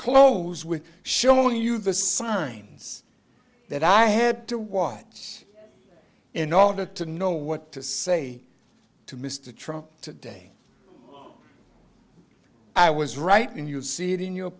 close with showing you the signs that i had to watch in order to know what to say to mr trump today i was right when you see it in your